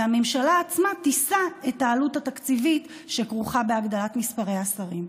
ושהממשלה עצמה תישא את העלות התקציבית שכרוכה בהגדלת מספרי השרים.